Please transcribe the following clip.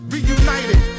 Reunited